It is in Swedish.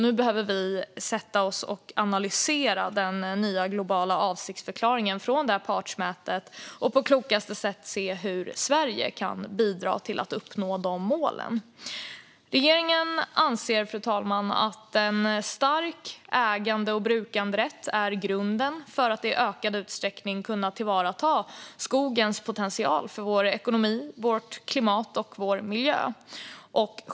Nu behöver vi sätta oss och analysera den nya globala avsiktsförklaringen från partsmötet och se hur Sverige på klokaste sätt kan bidra till att uppnå målen. Fru talman! Regeringen anser att en stark ägande och brukanderätt är grunden för att i ökad utsträckning kunna tillvarata skogens potential för vår ekonomi, vårt klimat och vår miljö.